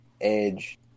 Edge